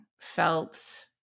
felt